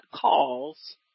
calls